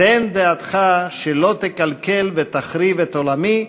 תן דעתך שלא תקלקל ותחריב את עולמי,